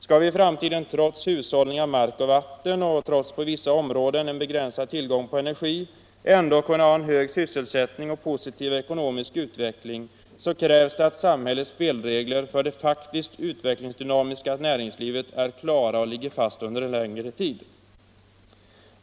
Skall vi i framtiden, trots hushållning av mark och vatten och trots på vissa områden en begränsad tillgång på energi, ändå kunna ha en hög sysselsättning och positiv ekonomisk utveckling krävs det att samhällets spelregler för det faktiskt utvecklingsdynamiska näringslivet är klara och ligger fast under en längre tid.